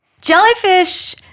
Jellyfish